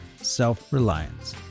Self-Reliance